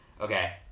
Okay